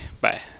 Bye